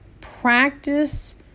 practice